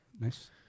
Nice